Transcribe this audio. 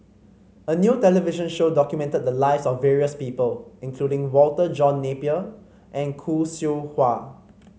a new television show documented the lives of various people including Walter John Napier and Khoo Seow Hwa